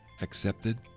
accepted